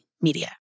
Media